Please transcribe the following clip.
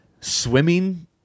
swimming